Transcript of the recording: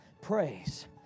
Praise